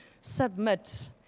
submit